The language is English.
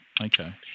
okay